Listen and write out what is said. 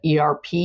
ERP